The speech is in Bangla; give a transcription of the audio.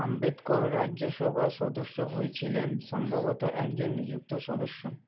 আম্বেদকর রাজ্যসভার সদস্য হয়েছিলেন সম্ভবত একজন নিযুক্ত সদস্য